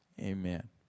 Amen